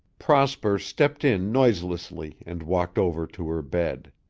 prosper stepped in noiselessly and walked over to her bed.